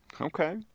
Okay